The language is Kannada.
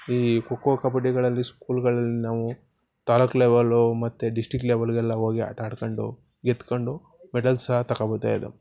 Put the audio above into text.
ಈ ಖೋಖೋ ಕಬಡ್ಡಿಗಳಲ್ಲಿ ಸ್ಕೂಲುಗಳಲ್ಲಿ ನಾವು ತಾಲ್ಲೂಕು ಲೆವೆಲ್ಲು ಮತ್ತು ಡಿಸ್ಟಿಕ್ ಲೆವೆಲ್ಲಿಗೆಲ್ಲ ಹೋಗಿ ಆಟಾಡ್ಕೊಂಡು ಗೆದ್ಕೊಂಡು ಮೆಡಲ್ ಸಹ ತಗೊಂಡು ಬರ್ತಾಯಿದ್ದೋ